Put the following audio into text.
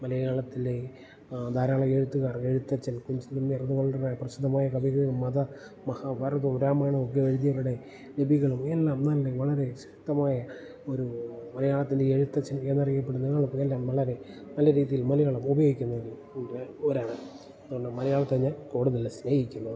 മലയാളത്തിലെ ധാരാളം എഴുത്തുകാർ എഴുത്തച്ഛൻ കുഞ്ചൻ നമ്പ്യാർ പ്രസിദ്ധമായ കവികൾ മത മഹാഭാരതവും മഹാഭാരതോക്കെ എഴുതിയവരുടെ ലിപികളും എല്ലാം നല്ല വളരെ ശക്തമായ ഒരു മലയാളത്തിൻ്റെ എഴുത്തച്ഛൻ എന്നറിയപ്പെടുന്ന എല്ലാം വളരെ നല്ല രീതിയിൽ മലയാളം ഉപയോഗിക്കുന്നുണ്ട് ഒരാളാണ് അതുകൊണ്ട് മലയാളത്തെ ഞാൻ കൂടുതല് സ്നേഹിക്കുന്നു